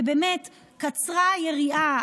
ובאמת קצרה היריעה,